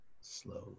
slowly